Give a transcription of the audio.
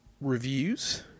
reviews